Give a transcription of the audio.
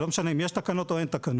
לא משנה אם יש תקנות או אין תקנות